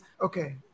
okay